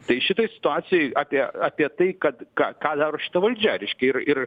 tai šitoj situacijoj apie apie tai kad ką ką daro šita valdžia reiškia ir ir